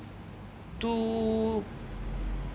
two